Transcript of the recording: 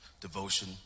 devotion